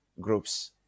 groups